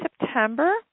September